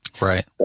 Right